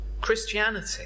Christianity